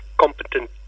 competent